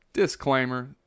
disclaimer